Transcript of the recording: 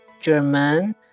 German